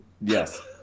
Yes